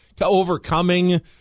overcoming